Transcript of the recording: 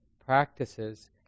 practices